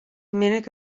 minic